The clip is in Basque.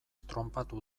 tronpatu